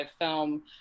film